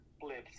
blips